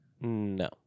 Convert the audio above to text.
No